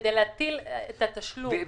כדי להטיל את התשלום על ביטוח לאומי זה רק בחקיקה.